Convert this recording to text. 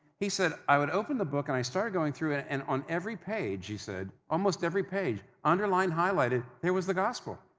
he said, i would open the book and i started going through it and, on every page, he said, almost every page, underlined, highlighted there was the gospel.